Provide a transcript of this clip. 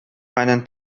meinen